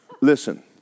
Listen